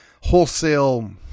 wholesale